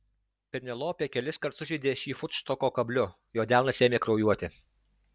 penelopė keliskart sužeidė šį futštoko kabliu jo delnas ėmė kraujuoti